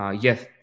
Yes